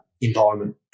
environment